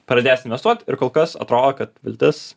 pradės investuot ir kol kas atrodo kad viltis